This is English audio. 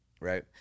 right